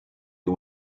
you